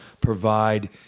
provide